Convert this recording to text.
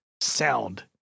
sound